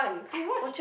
I watch